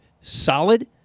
solid